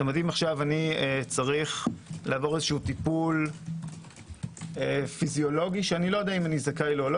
אם עליי לעבור טיפול פיזיולוגי שאיני יודע אם זכאי או לא,